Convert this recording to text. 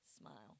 smile